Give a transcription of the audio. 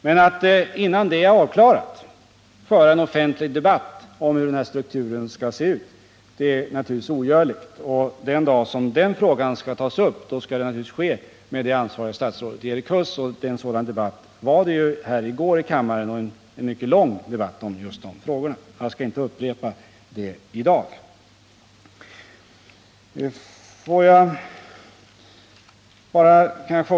Men att innan det är avklarat föra en offentlig debatt om hur den här strukturen skall se ut är naturligtvis ogörligt. Den dag som den frågan skall tas upp skall det naturligtvis ske med det ansvariga statsrådet Erik Huss. En mycket lång debatt fördes i går om just de frågorna. Jag skall i dag inte upprepa vad som där sades.